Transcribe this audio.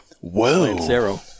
Whoa